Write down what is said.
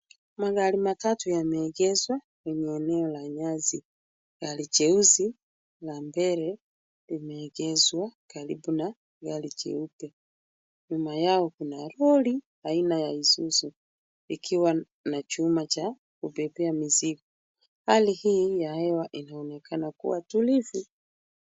Magari matatu yameegeshwa kwenye eneo la nyasi. Gari jeusi la mbele limeegeshwa karibu na gari jeupe. Nyuma yao kuna lori aina ya Isuzu likiwa na chuma cha kubebea mizigo. Hali hii ya hewa inaonekana kuwa tulivu.